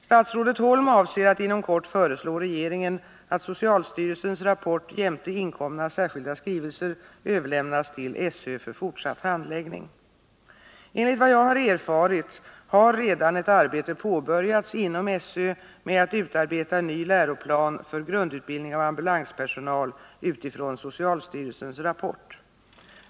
Statsrådet Holm avser att inom kort föreslå regeringen att socialstyrelsens rapport jämte inkomna särskilda skrivelser överlämnas till SÖ för fortsatt handläggning. Enligt vad jag har erfarit har redan ett arbete påbörjats inom SÖ med att utarbeta ny läroplan för grundutbildning av ambulanspersonal utifrån socialstyrelsens rapport.